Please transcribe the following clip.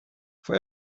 for